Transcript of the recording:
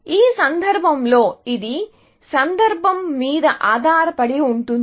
ఈ సందర్భంలో ఇది సందర్భం మీద ఆధారపడి ఉంటుంది